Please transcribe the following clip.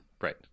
Right